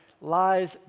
lies